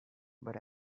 but